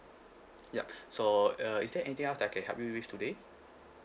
yup so uh is there anything else that I can help you with today